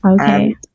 okay